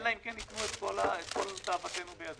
אלא אם כן הם ייתנו את כל תאוותנו בידינו.